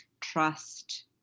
trust